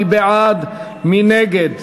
מי בעד, מי נגד?